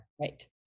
right